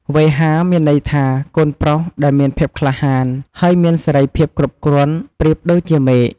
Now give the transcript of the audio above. វេហា មានន័យថា កូនប្រុសដែលមានភាពក្លាហាន ហើយមានសេរីភាពគ្រប់គ្រាន់ ប្រៀបដូចជាមេឃ។